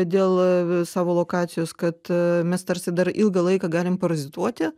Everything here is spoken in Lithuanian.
dėl savo lokacijos kad mes tarsi dar ilgą laiką galim parazituoti